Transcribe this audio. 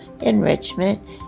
enrichment